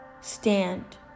Stand